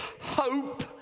Hope